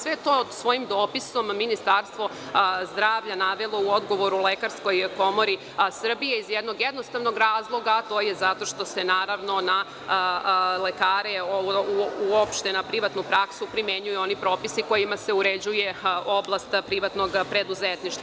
Sve je to svojim dopisom Ministarstvo zdravlja navelo u odgovoru Lekarskoj komori Srbije, iz jednog jednostavnog razloga, a to je zato što na lekare uopšte u privatnoj praksi primenjuju oni propisi kojima se uređuje oblast privatnog preduzetništva.